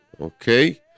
Okay